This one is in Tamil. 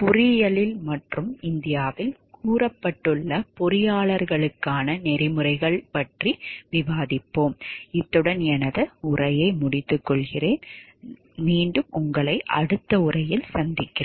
பொறியியல் மற்றும் இந்தியாவில் கூறப்பட்டுள்ள பொறியாளர்களுக்கான நெறிமுறைகள் பற்றி விவாதிப்போம்